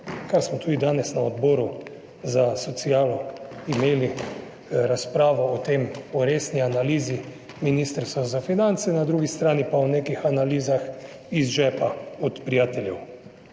kar smo tudi danes na Odboru za socialo imeli razpravo o tem, o resni analizi Ministrstva za finance, na drugi strani pa o nekih analizah iz žepa od prijateljev.